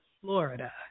Florida